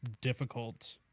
difficult